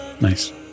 Nice